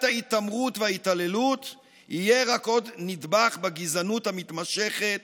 ההתעמרות וההתעללות יהיה רק עוד נדבך בגזענות המתמשכת